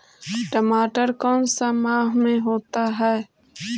टमाटर कौन सा माह में होता है?